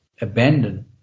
abandon